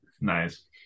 nice